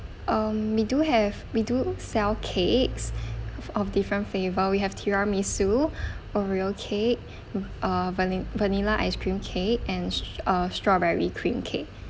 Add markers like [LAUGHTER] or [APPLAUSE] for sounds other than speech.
um we do have we do sell cakes of different flavor we have tiramisu [BREATH] oreo cake uh vani~ vanilla ice cream cake and s~ uh strawberry cream cake